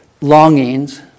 longings